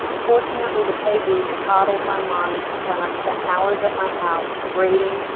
fortunately, the pay boost coddled my mind when i spent hours at my house braiding,